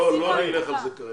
לא, לא נלך על זה כרגע.